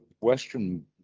Western